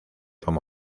como